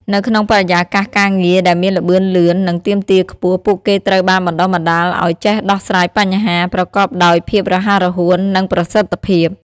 នៅក្នុងបរិយាកាសការងារដែលមានល្បឿនលឿន និងទាមទារខ្ពស់ ពួកគេត្រូវបានបណ្ដុះបណ្ដាលឱ្យចេះដោះស្រាយបញ្ហា ប្រកបដោយភាពរហ័សរហួន និងប្រសិទ្ធភាព។